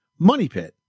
MONEYPIT